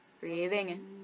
Breathing